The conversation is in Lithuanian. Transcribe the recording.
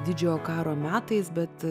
didžiojo karo metais bet